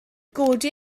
godi